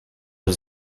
aux